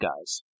guys